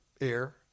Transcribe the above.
air